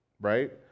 right